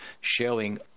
showing